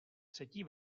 třetí